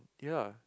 ya